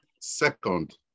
Second